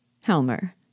Helmer